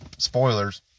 spoilers